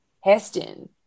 heston